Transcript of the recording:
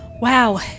Wow